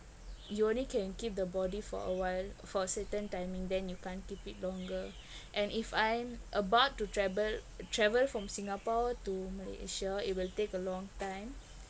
you only can keep the body for awhile for certain timing then you can't keep it longer and if I'm about to travel travel from singapore to malaysia it will take a long time